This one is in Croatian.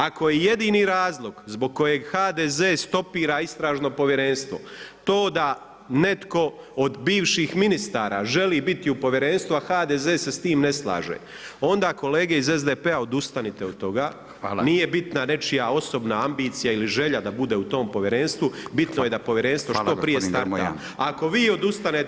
Ako je jedini razlog zbog kojeg HDZ stopira istražno povjerenstvo to da netko od bivših ministara želi biti u povjerenstvu, a HDZ se s tim ne slaže, onda kolege iz SDP-a odustanite od toga, nije bitna nečija osobna ambicija ili želja da bude u tom povjerenstvu, bitno je da povjerenstvo što prije starta.